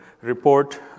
report